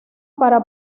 para